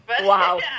Wow